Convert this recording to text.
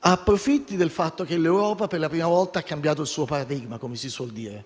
approfitti del fatto che l'Europa per la prima volta ha cambiato il suo paradigma, come si suol dire. Ne